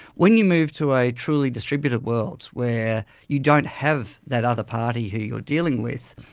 when you move to a truly distributed world where you don't have that other party who you are dealing with,